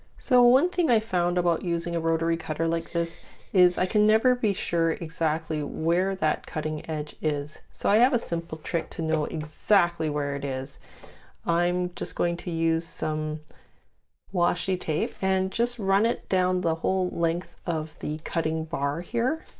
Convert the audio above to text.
so one thing i found about using a rotary cutter like this is i can never be sure exactly where that cutting edge is so i have a simple trick to know exactly where it is i'm just going to use some washi tape and just run it down the whole length of the cutting bar here